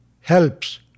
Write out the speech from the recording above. helps